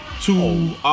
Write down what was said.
two